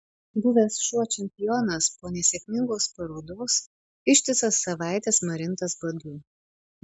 buvęs šuo čempionas po nesėkmingos parodos ištisas savaites marintas badu